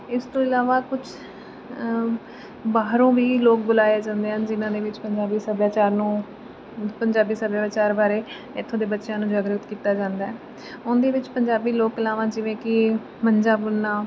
ਇਸ ਤੋਂ ਇਲਾਵਾ ਕੁਛ ਬਾਹਰੋਂ ਵੀ ਲੋਕ ਬੁਲਾਏ ਜਾਂਦੇ ਹਨ ਜਿਹਨਾਂ ਨੇ ਵਿੱਚ ਪੰਜਾਬੀ ਸੱਭਿਆਚਾਰ ਨੂੰ ਪੰਜਾਬੀ ਸੱਭਿਆਚਾਰ ਬਾਰੇ ਇੱਥੋਂ ਦੇ ਬੱਚਿਆਂ ਨੂੰ ਜਾਗਰਿਤ ਕੀਤਾ ਜਾਂਦਾ ਉਹਦੇ ਵਿੱਚ ਪੰਜਾਬੀ ਲੋਕ ਕਲਾਵਾਂ ਜਿਵੇਂ ਕਿ ਮੰਜਾ ਬੁਣਨਾ